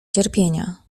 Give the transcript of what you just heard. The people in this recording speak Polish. cierpienia